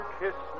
kiss